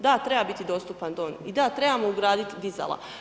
Da, treba biti dostupan dom i da, trebamo ugraditi dizala.